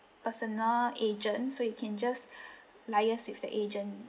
personal agent so you can just liaise with the agent